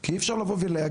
כי אי אפשר לבוא ולהגיד,